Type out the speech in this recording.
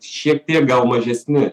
šiek tiek gal mažesni